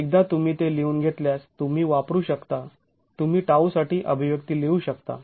एकदा तुम्ही ते लिहून घेतल्यास तुम्ही वापरू शकता तुम्ही τ साठी अभिव्यक्ती लिहू शकता